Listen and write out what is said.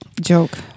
joke